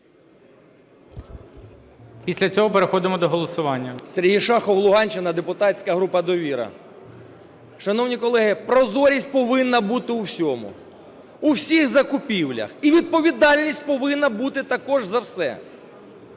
Після цього переходимо до голосування. 13:19:17 ШАХОВ С.В. Сергій Шахов, Луганщина, депутатська група "Довіра". Шановні колеги, прозорість повинна бути у всьому, у всіх закупівлях. І відповідальність повинна бути також за все.